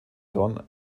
don